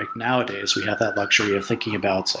like nowadays, we have that luxury of thinking about,